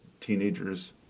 Teenagers